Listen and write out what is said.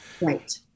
Right